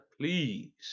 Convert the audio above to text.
please